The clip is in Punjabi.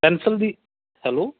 ਪੈਨਸਲ ਦੀ ਹੈਲੋ